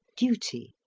duty,